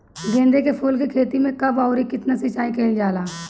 गेदे के फूल के खेती मे कब अउर कितनी सिचाई कइल जाला?